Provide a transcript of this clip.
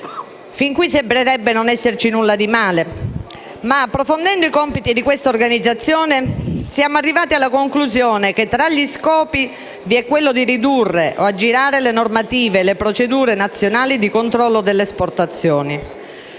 Fin qui sembrerebbe non esserci nulla di male, ma approfondendo i compiti di questa organizzazione siamo arrivati alla conclusione che tra gli scopi vi è quello di ridurre o aggirare le normative e le procedure nazionali di controllo delle esportazioni.